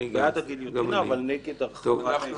אני גם בעד הגיליוטינה, אבל נגד --- אני גם.